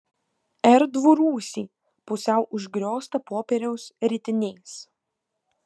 erdvų rūsį pusiau užgrioztą popieriaus ritiniais